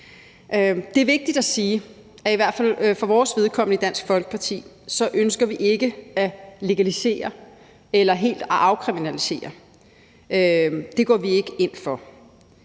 Det er vigtigt at sige, at i hvert fald for vores vedkommende i Dansk Folkeparti ønsker vi ikke at legalisere eller helt at afkriminalisere. Det går vi ikke ind for.